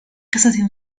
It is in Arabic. قصة